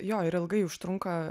jo ir ilgai užtrunka